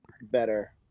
better